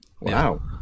Wow